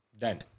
Done